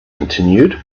continued